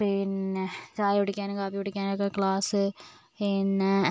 പിന്നെ ചായ കുടിക്കാനും കാപ്പി കുടിക്കാനൊക്കെ ഗ്ലാസ്സ് പിന്നെ